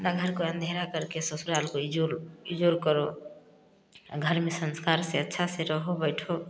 अपना घर को अँधेरा कर के ससुराल को कोई ज़ोर ज़ोर करो घर में संस्कार से अच्छा सिर्हाऊ बैठो